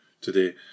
today